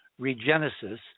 Regenesis